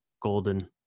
golden